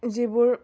যিবোৰ